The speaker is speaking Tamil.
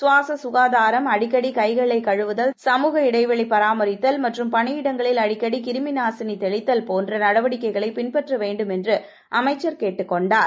கவாச ககாதாரம் அடிக்கடி கைகளை கழுவுதல் கழுக இடடவெளி பராமரித்தல் மற்றம் பணியிடங்களில் அடிக்கடி கிருமிநாசினி தெளித்தல் போன்ற நடவடிக்கைகளை பின்பற்றவேண்டும் என்று அமைச்சர் கேட்டுக் கொண்டார்